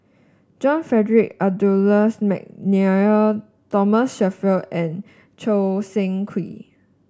John Frederick Adolphus McNair Thomas Shelford and Choo Seng Quee